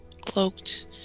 cloaked